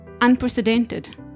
Unprecedented